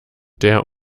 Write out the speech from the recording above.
der